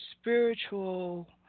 spiritual